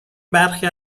برخی